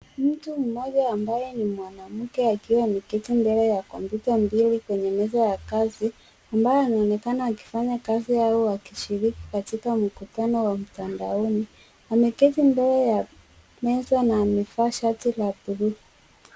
Mtu mmoja ambaye ni mwanamke akiwa ameketi mbele ya kompyuta mbili kwenye meza ya kazi, ambaye anaonekana akifanya kazi au akishiriki katika mkutano wa mtandaoni. Ameketi mbele ya meza na amevaa shati la bluu.